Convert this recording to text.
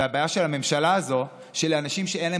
הבעיה של הממשלה הזאת היא שלאנשים שאין להם